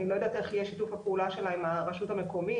אני לא יודעת איך יהיה שיתוף הפעולה שלה עם הרשות המקומית.